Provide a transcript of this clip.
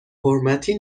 حرمتی